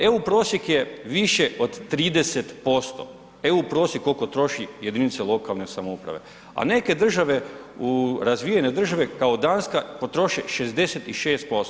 EU prosjek je više od 30%, eu prosjek koliko troši jedinice lokalne samouprave, a neke države razvijene države kao Danska potroše 66%